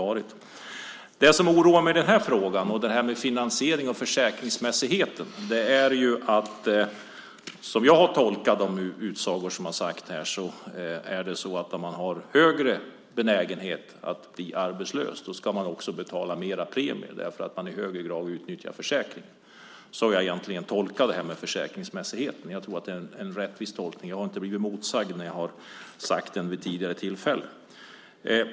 När det gäller den här frågan, om finansieringen och försäkringsmässigheten, finns det något som oroar mig. Som jag har tolkat de utsagor som har gjorts ska de som har högre benägenhet att bli arbetslösa också betala mer premier därför att de i högre grad utnyttjar försäkringen. Så har jag egentligen tolkat det här med försäkringsmässigheten. Jag tror att det är en rättvis tolkning. Jag har inte blivit motsagd när jag har nämnt den vid tidigare tillfälle.